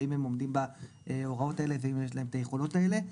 האם הם עומדים בהוראות האלה ואם יש להם את היכולות האלה.